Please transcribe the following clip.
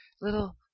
little